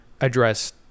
address